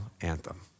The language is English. anthem